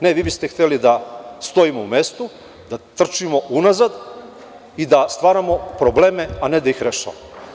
Ne, vi biste hteli da stojimo u mestu, da trčimo unazad i da stvaramo probleme, a ne da ih rešavamo.